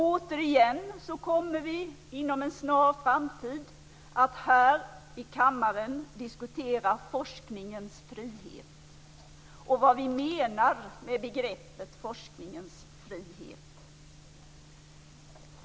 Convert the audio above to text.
Återigen kommer vi inom en snar framtid att här i kammaren diskutera forskningens frihet och vad vi menar med begreppet forskningens frihet.